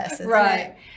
right